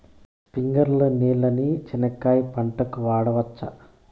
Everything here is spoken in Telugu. స్ప్రింక్లర్లు నీళ్ళని చెనక్కాయ పంట కు వాడవచ్చా?